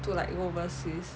to like go overseas